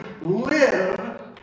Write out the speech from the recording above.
live